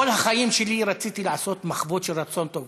כל החיים שלי רציתי לעשות מחוות של רצון טוב.